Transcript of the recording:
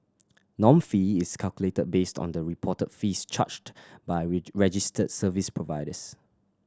norm fee is calculated based on the reported fees charged by registered service providers